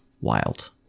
Wild